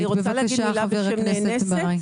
בבקשה חבר הכנסת מרעי.